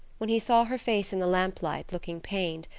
when he saw her face in the lamp-light, looking pained,